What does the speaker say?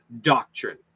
doctrine